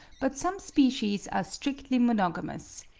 but some species are strictly monogamous.